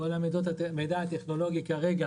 לגבי המידע הטכנולוגי כרגע